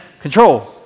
control